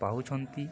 ପାଉଛନ୍ତି